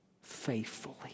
faithfully